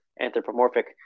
anthropomorphic